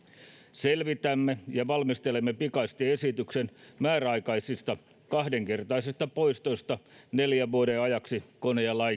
selvitämme ja valmistelemme pikaisesti esityksen määräaikaisista kahdenkertaisista poistoista neljän vuoden ajaksi kone ja